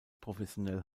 professionell